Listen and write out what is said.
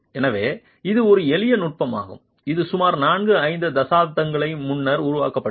எனவே இது ஒரு எளிய நுட்பமாகும் இது சுமார் நான்கு ஐந்து தசாப்தங்களுக்கு முன்னர் உருவாக்கப்பட்டது